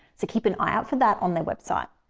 so keep an eye out for that on their website.